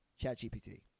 ChatGPT